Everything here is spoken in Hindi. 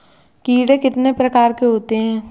कीड़े कितने प्रकार के होते हैं?